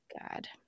god